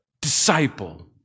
Disciple